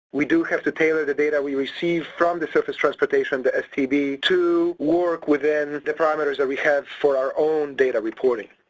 we do have to tailor the data we received from the surface transportation the stb to work within the parameters that we had for our own data reporting.